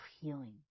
healing